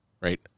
right